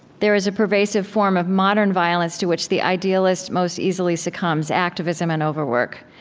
there is a pervasive form of modern violence to which the idealist most easily succumbs, activism and overwork.